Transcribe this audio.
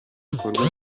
ibikorwa